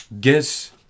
Guess